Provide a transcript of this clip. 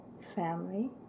family